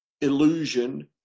illusion